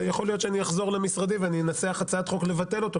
יכול להיות שאחזור למשרדי ואנסח הצעת חוק לבטל את החוק הזה,